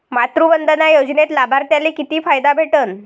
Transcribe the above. मातृवंदना योजनेत लाभार्थ्याले किती फायदा भेटन?